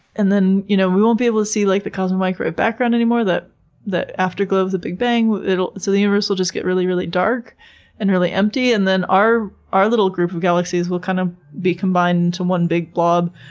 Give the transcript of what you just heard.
and then you know we won't be able to see like the cosmic microwave background anymore, the the afterglow of the big bang. so the universe will just get really, really dark and really empty, and then our our little group of galaxies will kind of be combined into one big blob.